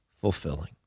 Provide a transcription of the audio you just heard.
fulfilling